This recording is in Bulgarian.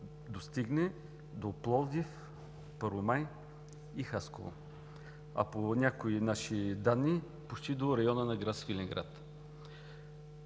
достигне до Пловдив, Първомай и Хасково, а по някои наши данни почти до района на град Свиленград.